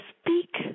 speak